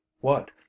What